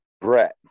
Brett